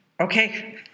okay